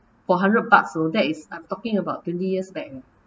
for a hundred bucks lor that is I'm talking about twenty years back